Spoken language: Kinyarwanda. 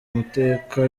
mateka